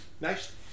Nice